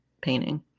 painting